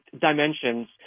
dimensions